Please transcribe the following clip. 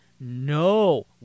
no